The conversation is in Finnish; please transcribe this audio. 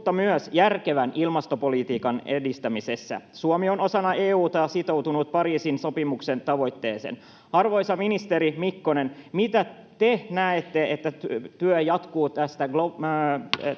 mutta myös järkevän ilmastopolitiikan edistämisessä. Suomi on osana EU:ta sitoutunut Pariisin sopimuksen tavoitteeseen. Arvoisa ministeri Mikkonen, miten te näette, että työ jatkuu